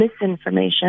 misinformation